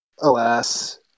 Alas